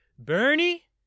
Bernie